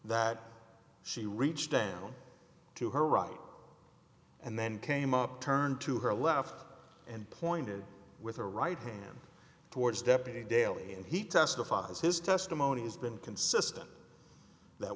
that she reached down to her right and then came up turned to her left and pointed with her right hand towards deputy daley and he testified as his testimony has been consistent that